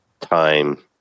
time